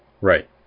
Right